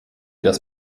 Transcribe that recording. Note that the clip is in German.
das